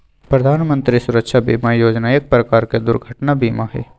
प्रधान मंत्री सुरक्षा बीमा योजना एक प्रकार के दुर्घटना बीमा हई